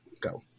go